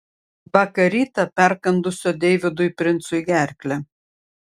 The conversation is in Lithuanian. vakar rytą perkandusio deividui princui gerklę